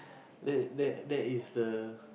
that that there is a